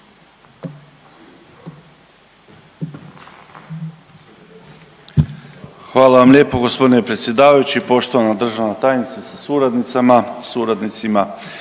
Hvala vam lijepo g. predsjedavajući, poštovana državna tajnice sa suradnicama,